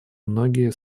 многие